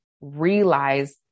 realize